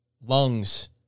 lungs